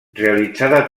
realitzada